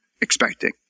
expecting